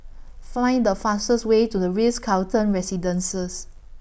Find The fastest Way to The Ritz Carlton Residences